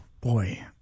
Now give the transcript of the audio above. Boy